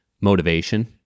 motivation